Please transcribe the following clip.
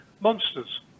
monsters